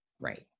right